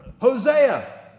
Hosea